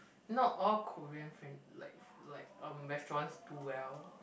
not all Korean fran~ like like um restaurants do well